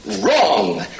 Wrong